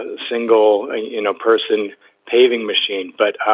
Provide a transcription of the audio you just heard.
ah single and you know person paving machine. but